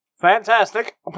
Fantastic